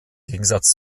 gegensatz